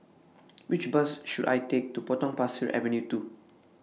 Which Bus should I Take to Potong Pasir Avenue two